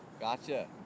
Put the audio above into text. Gotcha